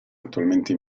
attualmente